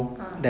ah